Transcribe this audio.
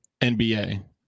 NBA